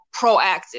proactive